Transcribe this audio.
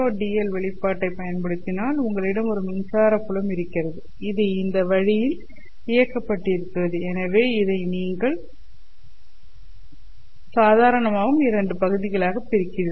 dl வெளிப்பாட்டைப் பயன்படுத்தினால் உங்களிடம் ஒரு மின்சார புலம் இருந்தது இது இந்த வழியில் இயக்கப்பட்டிருக்கிறது எனவே இதை நீங்கள் சாதாரணமாகவும் 2 பகுதிகளாக பிரிக்கிறார்கள்